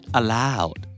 allowed